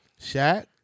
Shaq